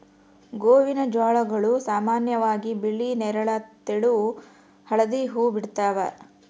ಗೋವಿನಜೋಳಗಳು ಸಾಮಾನ್ಯವಾಗಿ ಬಿಳಿ ನೇರಳ ತೆಳು ಹಳದಿ ಹೂವು ಬಿಡ್ತವ